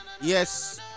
Yes